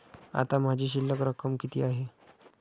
आता माझी शिल्लक रक्कम किती आहे?